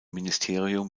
ministerium